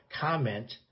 comment